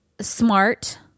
smart